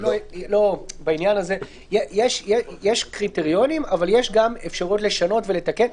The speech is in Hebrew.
יש קריטריונים אבל יש גם אפשרות לשנות ולתקן.